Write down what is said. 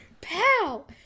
pal